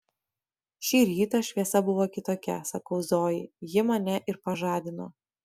šį rytą šviesa buvo kitokia sakau zojai ji mane ir pažadino